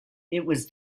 was